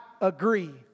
agree